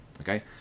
okay